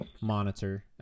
monitor